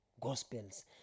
Gospels